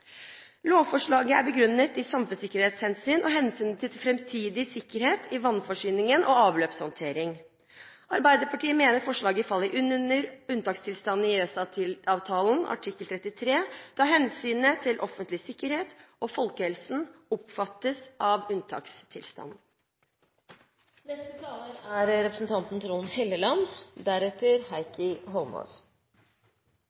Lovforslaget er begrunnet i samfunnssikkerhetshensyn og hensynet til fremtidig sikkerhet i vannforsyningen og i avløpshåndteringen. Arbeiderpartiet mener forslaget faller inn under unntaksbestemmelsen i EØS-avtalen artikkel 33, da hensynet til offentlig sikkerhet og folkehelsen omfattes av unntaksbestemmelsen. Her skal vi altså lovfeste noe som i dag på mange måter er